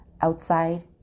outside